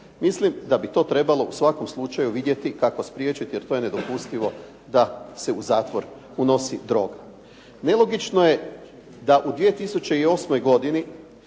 Mislim da bi to u svakom slučaju trebalo vidjeti kako spriječiti, jer to je nedopustivo da se u zatvor unosi droga. Nelogično je da u 2008. godini